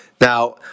Now